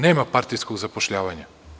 Nema partijskog zapošljavanja.